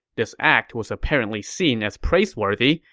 this act was apparently seen as praiseworthy,